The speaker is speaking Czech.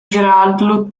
žrádlu